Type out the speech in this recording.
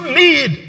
need